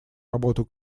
работу